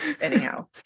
Anyhow